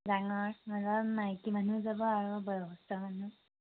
ডাঙৰ মাইকী মানুহ যাব আৰু বয়সস্থ মানুহ